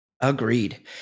Agreed